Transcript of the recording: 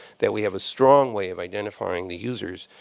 that we have a strong way of identifying the users,